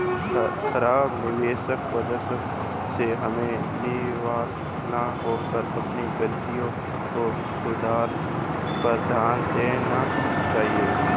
खराब निवेश प्रदर्शन से हमें निराश न होकर अपनी गलतियों को सुधारने पर ध्यान देना चाहिए